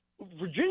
Virginia